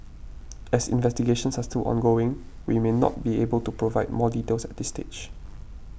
as investigations are still ongoing we may not able to provide more details at this stage